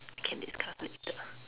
can discuss later